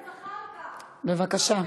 חבר הכנסת זחאלקה, בבקשה.